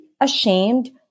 ashamed